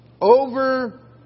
over